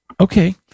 Okay